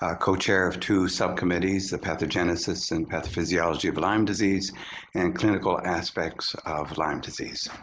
ah co-chair of two subcommittees, the pathogenesis and physiology of lyme disease and clinical aspects of lyme disease.